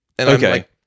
Okay